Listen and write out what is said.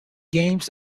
games